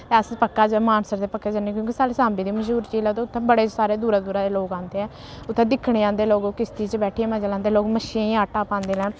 ते अस पक्का ज मानसर ते पक्का जन्नें क्योंकि साढ़े सांबे दा मश्हूर झील ऐ ते उत्थै बड़े सारे दूरा दूरा दे औंदे ऐ उत्थै दिक्खने गी औंदे लोक किश्ती च बैठियै मजा लैंदे लोक मच्छियें गी आटा पांदे न